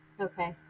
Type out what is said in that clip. Okay